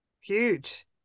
Huge